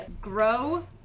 Grow